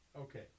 okay